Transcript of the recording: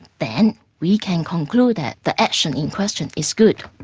then we can conclude that the action in question is good.